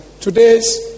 today's